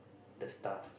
the staff